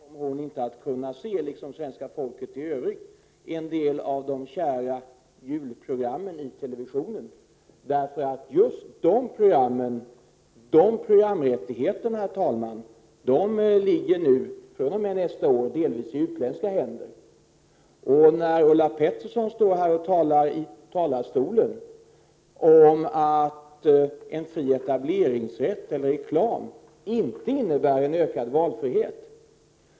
Herr talman! Jag vill instämma i julhälsningen till Ulla Pettersson. Samtidigt vill jag säga att den politik som hon här företräder kommer att leda till att hon och svenska folket i övrigt om någon jul inte kommer att kunna se en del av de kära julprogrammen i televisionen, därför att rättigheterna till just de programmen fr.o.m. nästa år ligger i utländska händer. Ulla Pettersson säger att en fri etableringsrätt eller reklam inte innebär ökad valfrihet.